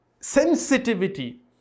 sensitivity